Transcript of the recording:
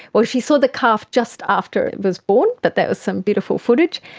or she saw the calf just after it was born, but that was some beautiful footage.